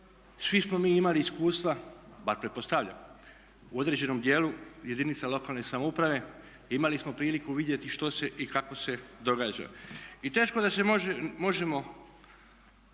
Svi smo mi imali iskustva, bar pretpostavljam u određenom dijelu jedinica lokalne samouprave, imali smo priliku vidjeti što se i kako se događa. I teško da se možemo